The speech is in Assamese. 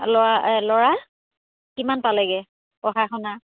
ল'ৰা এই ল'ৰা কিমান পালেগৈ পঢ়া শুনা